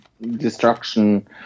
destruction